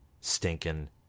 stinking